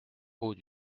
hauts